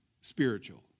spiritual